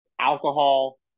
alcohol